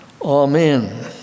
Amen